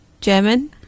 german